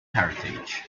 heritage